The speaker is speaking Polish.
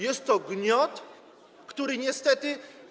Jest to gniot, który niestety.